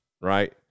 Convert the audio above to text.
right